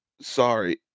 sorry